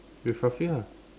with Rafiq ah